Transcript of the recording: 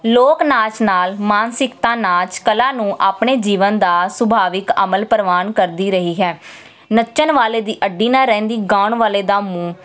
ਲੋਕ ਨਾਚ ਨਾਲ ਮਾਨਸਿਕਤਾ ਨਾਚ ਕਲਾ ਨੂੰ ਆਪਣੇ ਜੀਵਨ ਦਾ ਸੁਭਾਵਿਕ ਅਮਲ ਪ੍ਰਵਾਨ ਕਰਦੀ ਰਹੀ ਹੈ ਨੱਚਣ ਵਾਲੇ ਦੀ ਅੱਡੀ ਨਾ ਰਹਿੰਦੀ ਗਾਉਣ ਵਾਲੇ ਦਾ ਮੂੰਹ